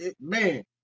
Man